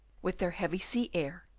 with their heavy sea air,